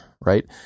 Right